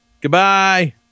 Goodbye